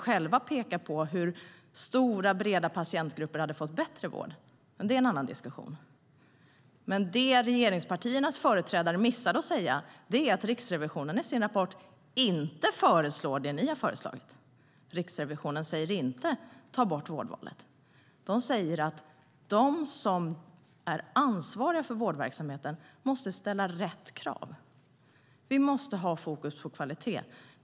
De kunde peka på hur stora, breda patientgrupper hade fått bättre vård, men det är en annan diskussion. Det regeringspartiernas företrädare missade att säga var att Riksrevisionen i sin rapport inte föreslår det som de har föreslagit. Riksrevisionen säger inte att vi ska ta bort vårdvalet. De säger att de som är ansvariga för vårdverksamheterna måste ställa rätt krav. Vi måste ha fokus på kvalitet.